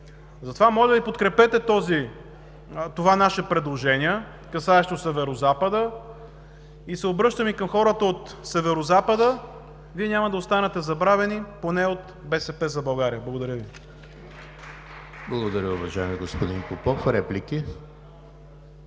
Затова, моля Ви, подкрепете това наше предложение, касаещо Северозапада. Обръщам се и към хората от Северозапада: Вие няма да останете забравени поне от „БСП за България“! Благодаря Ви.